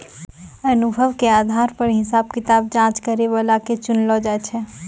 अनुभव के आधार पर हिसाब किताब जांच करै बला के चुनलो जाय छै